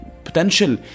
potential